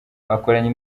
bakoranye